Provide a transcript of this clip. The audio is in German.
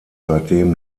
seitdem